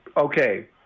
Okay